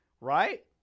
right